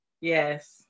Yes